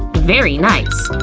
very nice!